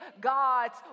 God's